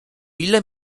ile